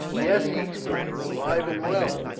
yes, he exclaimed, alive and well.